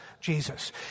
Jesus